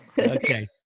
Okay